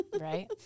right